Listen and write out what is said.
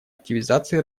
активизации